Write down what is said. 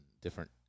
different